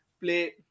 play